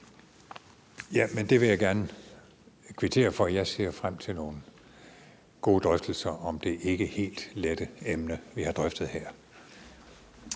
Ja, men det vil jeg gerne kvittere for. Jeg ser frem til nogle gode drøftelser om det ikke helt lette emne, vi har drøftet her.